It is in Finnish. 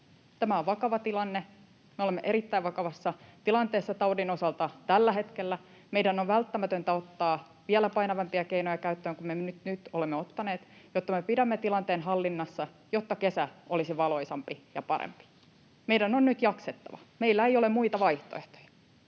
Tämä on vakava tilanne. Me olemme erittäin vakavassa tilanteessa taudin osalta tällä hetkellä. Meidän on välttämätöntä ottaa vielä painavampia keinoja käyttöön kuin me nyt olemme ottaneet, jotta me pidämme tilanteen hallinnassa, jotta kesä olisi valoisampi ja parempi. Meidän on nyt jaksettava. Meillä ei ole muita vaihtoehtoja.